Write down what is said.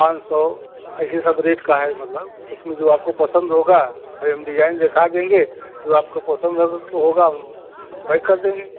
पाँच सौ ऐसे सब रेट का है मतलब उसमें जो आपको पसंद होगा भाई हम डिजाइन दिखा देंगे जो आपको पसंद हो होगा हम हम पैक कर देंगे